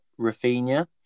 Rafinha